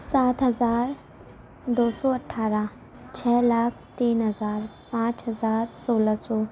سات ہزار دو سو اٹھارہ چھ لاکھ تین ہزار پانچ ہزار سولہ سو